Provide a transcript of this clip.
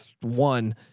one